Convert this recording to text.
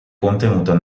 contenuta